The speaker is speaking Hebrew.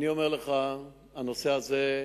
אני אומר לך, הנושא הזה,